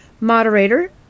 Moderator